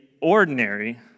ordinary